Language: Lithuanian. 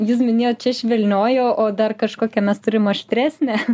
jūs minėjot čia švelnioji o dar kažkokią mes turim aštresnę